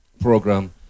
program